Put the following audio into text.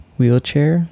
wheelchair